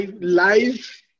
life